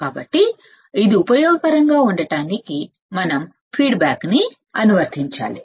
కాబట్టి ఇది ఉపయోగకరంగా ఉండటానికి మనం ఫీడ్బ్యాక్ ని అనువర్తించాలి